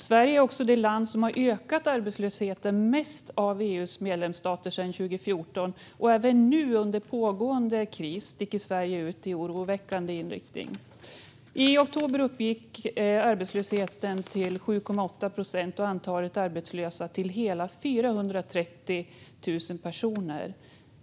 Sverige är också det land där arbetslösheten har ökat mest bland EU:s medlemsstater sedan 2014. Även nu, under pågående kris, sticker Sverige ut i en oroväckande riktning. I oktober uppgick arbetslösheten till 7,8 procent och antalet arbetslösa till hela 430 000 personer.